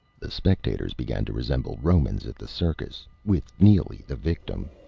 the spectators began to resemble romans at the circus, with neely the victim.